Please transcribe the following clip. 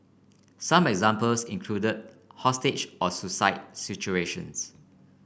some examples include hostage or suicide situations